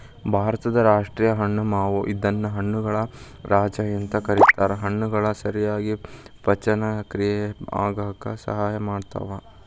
ಭಾರತದ ರಾಷ್ಟೇಯ ಹಣ್ಣು ಮಾವು ಇದನ್ನ ಹಣ್ಣುಗಳ ರಾಜ ಅಂತ ಕರೇತಾರ, ಹಣ್ಣುಗಳು ಸರಿಯಾಗಿ ಪಚನಕ್ರಿಯೆ ಆಗಾಕ ಸಹಾಯ ಮಾಡ್ತಾವ